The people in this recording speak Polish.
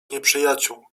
nieprzyjaciół